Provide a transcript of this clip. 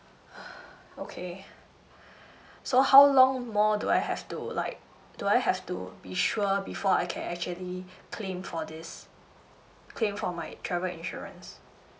okay so how long more do I have to like do I have to be sure before I can actually claim for this claim for my travel insurance